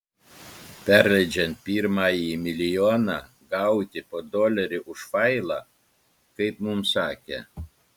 perleidžiant pirmąjį milijoną gauti po dolerį už failą kaip mums sakė